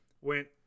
went